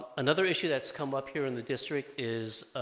another issue that's come up here in the district is